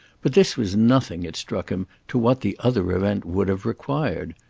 but this was nothing, it struck him, to what the other event would have required.